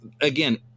again